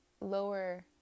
lower